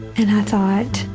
and i thought,